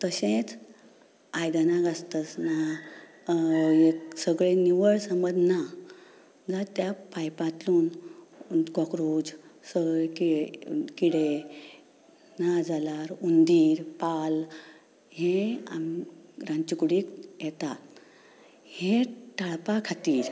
तशेंच आयदनां घासतासतना सगळें निवळ समज ना त्या पायपांतून कॉक्रोच सगळे किडे किडे ना जाल्यार हुंदीर पाल हे आमच्या रांदचे कुडींत येतात हें टाळपा खातीर